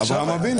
לאברהם אבינו.